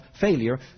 failure